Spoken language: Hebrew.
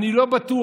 אני לא בטוח,